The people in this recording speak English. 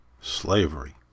slavery